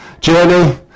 journey